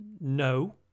No